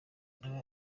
nawe